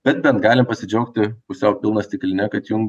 bet bent galim pasidžiaugti pusiau pilna stikline kad jau